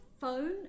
phone